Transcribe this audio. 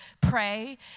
pray